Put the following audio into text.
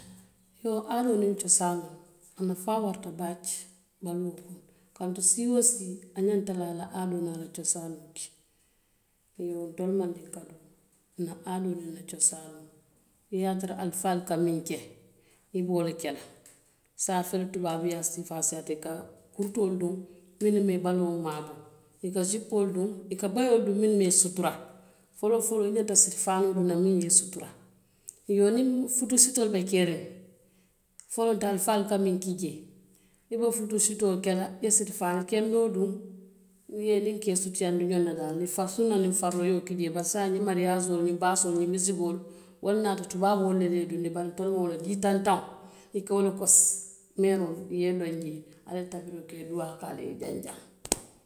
I yoo, aadoo niŋ cosaanoo, a nafaa warata baake baluo kono. Kaatu sii woo sii a ñanta la ala aadoo niŋ a cosaanoo ke. I yoo ntelu mandinkaduu nna aadoo niŋ cosaanoo, i ye a tara halifaalu ka muŋ ke, i be wo le ke la, saayiŋ a fe le tubaabuyaa siifaa siyaata i ka kurutoolu duŋ minnu maŋ i baloo maaboo, i ka sipoo duŋ; i ka bayoolu duŋ minnu maŋ i sutura. Foloo foloo i ñanta feŋ ne duŋ na muŋ ye i sutura. I yoo niŋ futuu sitoo be keeriŋ, folontoo, halifaalu ka miŋ ke jee, i be futoo sitoo ke la i ka sitifani kendo duŋ, muŋ ke i sutuyaandi ñoŋ na. I ka sunna niŋ fariloo ke jee. Bari saayiŋ be i sutura la. Baari saayiŋ ñiŋ mariyaasoo niŋ baasoolu niŋ ñiŋ misikoolu wolu naata, tubaaboolu le ye i dundi jee, ntelu maŋ wo loŋ i ka jii tantaŋ wo le kosi meeroolu i ye i doŋ jee, ali ye tabiroo ke, i ye duwaa kee, i ye janjaŋ.